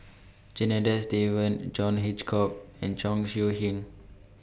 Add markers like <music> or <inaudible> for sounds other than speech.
Janadas Devan John Hitchcock <noise> and Chong Siew Ying